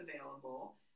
available